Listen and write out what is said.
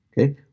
Okay